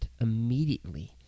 immediately